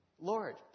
Lord